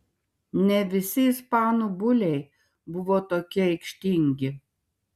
ne visi ispanų buliai buvo tokie aikštingi